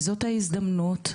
וזאת ההזדמנות,